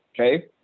Okay